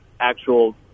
actual